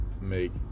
make